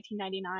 1999